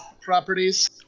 properties